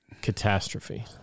catastrophe